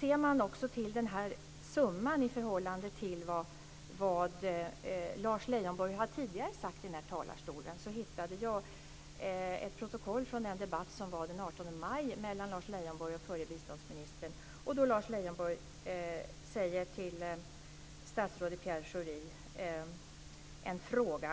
Jag har tittat på summan i förhållande till vad Lars Leijonborg har sagt tidigare i talarstolen. Jag har hittat ett protokoll från debatten den 18 maj mellan Leijonborg frågar statsrådet Schori